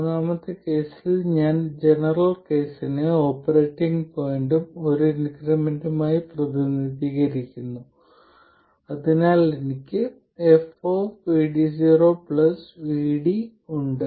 മൂന്നാമത്തെ കേസിൽ ഞാൻ ജനറൽ കേസിനെ ഓപ്പറേറ്റിംഗ് പോയിന്റും ഒരു ഇൻക്രിമെന്റും ആയി പ്രതിനിധീകരിക്കുന്നു അതിനാൽ എനിക്ക് fVD0 VD ഉണ്ട്